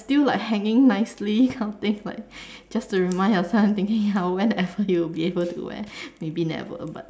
still like hanging nicely kind of thing but just to remind ourselves thinking ya when ever you'll be able to wear maybe never but